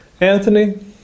Anthony